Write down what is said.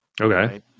Okay